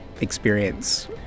experience